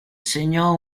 segnò